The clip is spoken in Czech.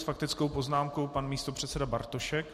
S faktickou poznámkou pan místopředseda Bartošek.